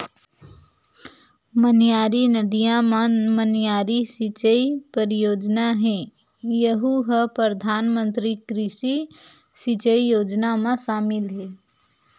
मनियारी नदिया म मनियारी सिचई परियोजना हे यहूँ ह परधानमंतरी कृषि सिंचई योजना म सामिल हे